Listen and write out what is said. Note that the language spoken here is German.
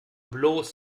bloß